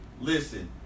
listen